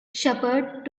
shepherd